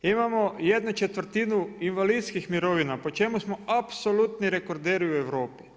Imamo jednu četvrtinu invalidskih mirovina po čemu smo apsolutni rekorderi u Europi.